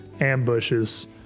ambushes